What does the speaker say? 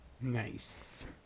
Nice